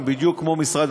בדיוק כמו משרד